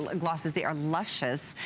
ah glosses. they are luscious.